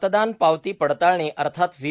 मतदान पावती पडताळणी अर्थात व्ही